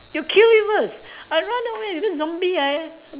you kill it first I run away because zombie eh